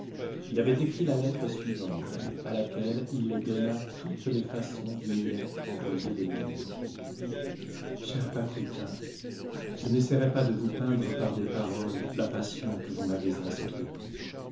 il avait écrit la lettre suivante à laquelle il donna toutes les façons d'une lettre envoyée de londres chère paquita je n'essaierai pas de vous peindre par des paroles la passion que vous m'avez inspirée